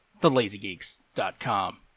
thelazygeeks.com